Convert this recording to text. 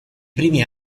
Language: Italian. primi